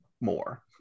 more